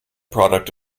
product